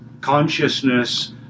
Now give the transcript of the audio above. consciousness